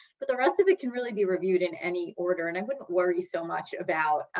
but the rest of it can really be reviewed in any order. and i wouldn't worry so much about